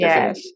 Yes